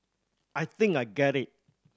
I think I get it